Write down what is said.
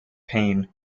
pain